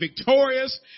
victorious